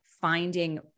finding